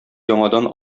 яңадан